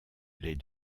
les